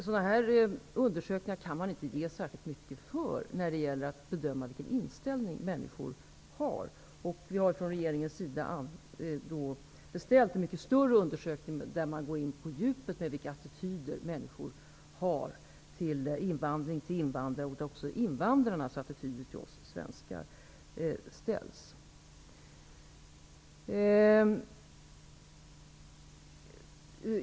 Sådana här undersökningar kan man inte ge särskilt mycket för när det gäller att bedöma vilken inställning människor har. Regeringen har beställt en mycket större undersökning där man går in på djupet när det gäller vilka attityder människor har till invandring och invandrare, och också invandrarnas attityder till oss svenskar.